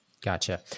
Gotcha